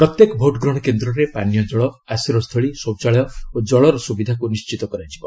ପ୍ରତ୍ୟେକ ଭୋଟ ଗ୍ରହଣ କେନ୍ଦ୍ରରେ ପାନୀୟ ଜଳ ଆଶ୍ରୟ ସ୍ଥଳୀ ଶୌଚାଳୟ ଓ ଜଳର ସୁବିଧାକୁ ନିଶ୍ଚିତ କରାଯିବ